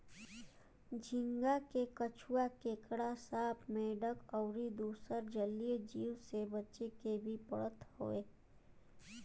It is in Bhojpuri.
झींगा के कछुआ, केकड़ा, सांप, मेंढक अउरी दुसर जलीय जीव से बचावे के भी पड़त हवे